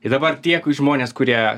ir dabar tie žmonės kurie